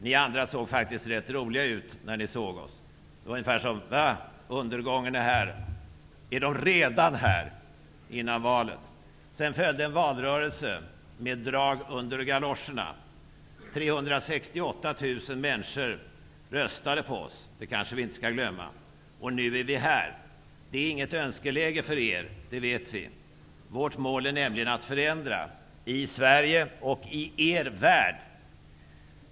Ni andra såg faktiskt rätt roliga ut när ni såg oss. Ni såg ut som ni ungefär tänkte: Va, undergången är här. Är de redan här, innan valet? Sedan följde en valrörelse med drag under galoscherna. 368 000 människor röstade på oss. Det skall vi kanske inte glömma. Nu är vi här. Det är inget önskeläge för er, det vet vi. Vårt mål är nämligen att förändra, i Sverige och i er värld.